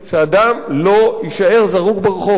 שאדם לא יישאר זרוק ברחוב.